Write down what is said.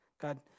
God